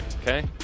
okay